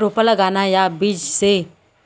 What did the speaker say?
रोपा लगाना या बीज से